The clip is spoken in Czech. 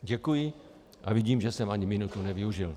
Děkuji a vidím, že jsem ani minutu nevyužil.